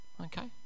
Okay